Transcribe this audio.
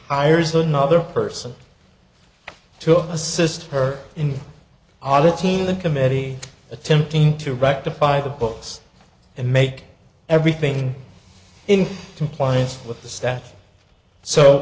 hires another person to assist her in all the team the committee attempting to rectify the books and make everything in compliance with the staff so